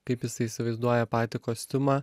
kaip jisai įsivaizduoja patį kostiumą